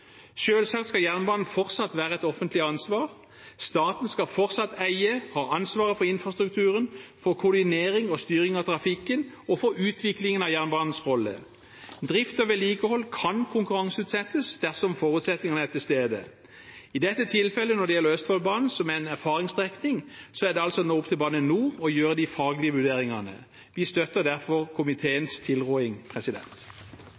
Selvsagt skal jernbanen fortsatt være et offentlig ansvar. Staten skal fortsatt eie, ha ansvaret for infrastrukturen, for koordinering og styring av trafikken og for utviklingen av jernbanens rolle. Drift og vedlikehold kan konkurranseutsettes dersom forutsetningene er til stede. I dette tilfellet, når det gjelder Østfoldbanen som en erfaringsstrekning, er det altså nå opp til Bane NOR å gjøre de faglige vurderingene. Vi støtter derfor